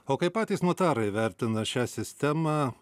o kaip patys notarai vertina šią sistemą